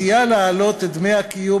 מציעה להעלות את דמי הקיום,